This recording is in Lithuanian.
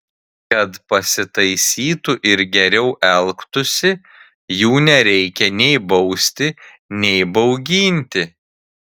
kad pasitaisytų ir geriau elgtųsi jų nereikia nei bausti nei bauginti